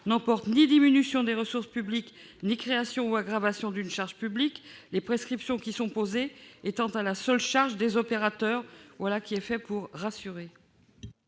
n'emportent ni diminution des ressources publiques ni création ou aggravation d'une charge publique, les prescriptions posées étant à la seule charge des opérateurs. Voilà qui est fait pour rassurer.